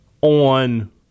on